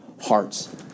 hearts